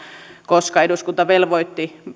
koska eduskunta velvoitti